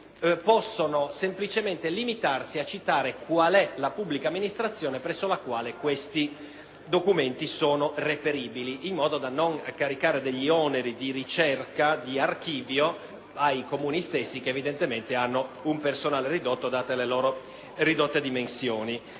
possono semplicemente limitarsi a citare qual è la pubblica amministrazione presso la quale quei documenti sono reperibili, in modo da non caricare gli oneri di ricerca di archivio sui Comuni stessi, che hanno un personale ridotto date le loro ridotte dimensioni.